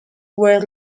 were